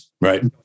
Right